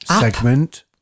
segment